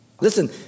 Listen